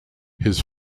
his